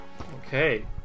Okay